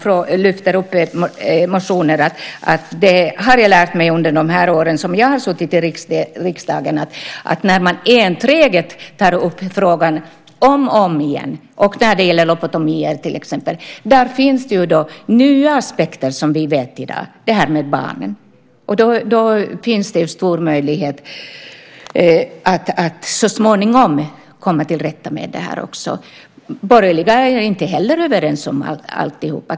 Jag lärt mig under de år som jag har suttit i riksdagen att när man enträget tar upp frågan om och om igen, som när det gäller lobotomi till exempel - och där finns det nya aspekter som vi känner till i dag, som med barnen - så finns det stora möjligheter att så småningom komma till rätta med det. De borgerliga är inte heller överens om alltihop.